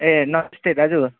ए नमस्ते दाजु